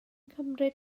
cymryd